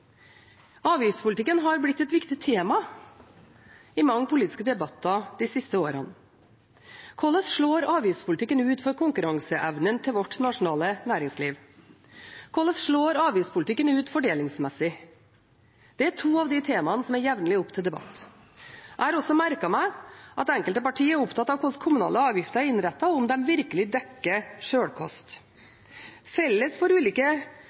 Avgiftspolitikken har blitt et viktig tema i mange politiske debatter de siste årene. Hvordan slår avgiftspolitikken ut for konkurranseevnen til vårt nasjonale næringsliv? Hvordan slår avgiftspolitikken ut fordelingsmessig? Det er to av de temaene som er jevnlig oppe til debatt. Jeg har også merket meg at enkelte partier er opptatt av hvordan kommunale avgifter er innrettet, og om de virkelig dekker sjølkost. Felles for ulike